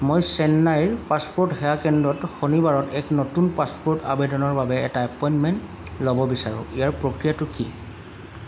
মই চেন্নাইৰ পাছপ'ৰ্ট সেৱা কেন্দ্ৰত শনিবাৰত এক নতুন পাছপ'ৰ্ট আবেদনৰ বাবে এটা এপইণ্টমেণ্ট ল'ব বিচাৰোঁ ইয়াৰ প্ৰক্ৰিয়াটো কি